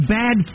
bad